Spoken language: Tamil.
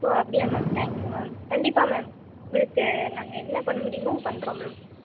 ஓ அப்படியா மேம் தேங்க் யூ மேம் கண்டிப்பாக மேம் உங்களுக்கு நாங்கள் என்ன பண்ண முடியுமோ பண்ணுறோம் மேம்